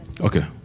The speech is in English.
Okay